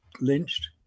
lynched